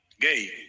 gay